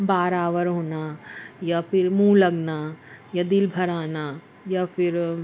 بارآور ہونا یا پھر منہ لگنا یا دل بھر آنا یا پھر